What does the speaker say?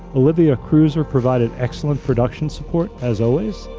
olivia cruiser provided excellent production support, as always,